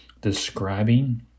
describing